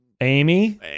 Amy